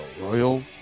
Royal